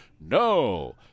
no